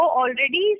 already